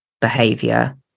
behavior